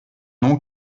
nom